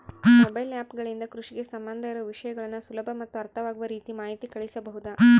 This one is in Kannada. ಮೊಬೈಲ್ ಆ್ಯಪ್ ಗಳಿಂದ ಕೃಷಿಗೆ ಸಂಬಂಧ ಇರೊ ವಿಷಯಗಳನ್ನು ಸುಲಭ ಮತ್ತು ಅರ್ಥವಾಗುವ ರೇತಿ ಮಾಹಿತಿ ಕಳಿಸಬಹುದಾ?